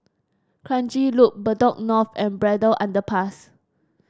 Kranji Loop Bedok North and Braddell Underpass